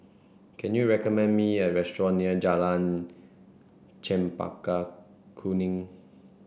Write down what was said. can you recommend me a restaurant near Jalan Chempaka Kuning